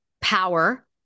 power